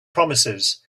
promises